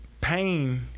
Pain